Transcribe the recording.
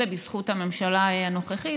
זה בזכות הממשלה הנוכחית,